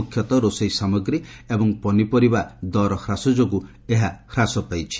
ମୁଖ୍ୟତଃ ରୋଷେଇ ସାମଗ୍ରୀ ଏବଂ ପନିପରିବାର ଦର ହ୍ରାସ ଯୋଗୁଁ ଏହା ହ୍ରାସ ପାଇଛି